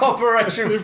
Operation